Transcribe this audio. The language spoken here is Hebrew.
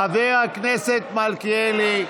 חבר הכנסת מלכיאלי.